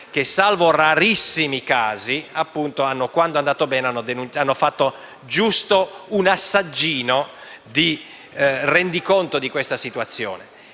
che, salvo rarissimi casi, quando è andata bene hanno proposto giusto un assaggino del rendiconto di questa situazione: